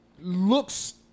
looks